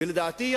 ולדעתי,